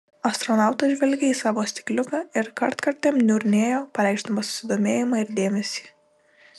astronautas žvelgė į savo stikliuką ir kartkartėm niurnėjo pareikšdamas susidomėjimą ir dėmesį